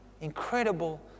incredible